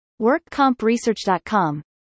workcompresearch.com